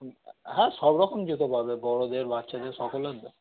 হ্যাঁ সব রকম জুতো পাবে বড়োদের বাচ্চাদের সকলের জুতো